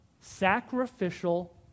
sacrificial